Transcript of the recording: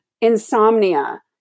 insomnia